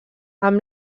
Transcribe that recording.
amb